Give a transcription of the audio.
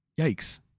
Yikes